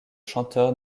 chanteur